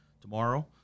tomorrow